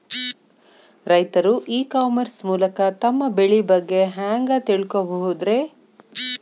ರೈತರು e commerce ಮೂಲಕ ತಮ್ಮ ಬೆಳಿ ಬಗ್ಗೆ ಹ್ಯಾಂಗ ತಿಳ್ಕೊಬಹುದ್ರೇ?